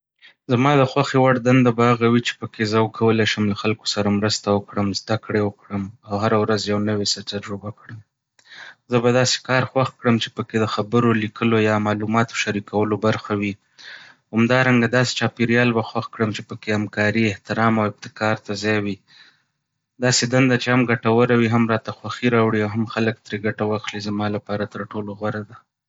زما د خوښې وړ دنده به هغه وي چې پکې زه وکولای شم له خلکو سره مرسته وکړم، زده‌کړې وکړم، او هره ورځ یو نوی څه تجربه کړم. زه به داسې کار خوښ کړم چې پکې د خبرو، لیکلو یا معلوماتو شریکولو برخه وي. همدارنګه، داسې چاپېریال به خوښ کړم چې پکې همکاري، احترام، او ابتکار ته ځای وي. داسې دنده چې هم ګټوره وي، هم راته خوښي راوړي، او هم خلک ترې ګټه واخلي، زما لپاره تر ټولو غوره ده.